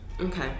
Okay